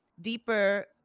deeper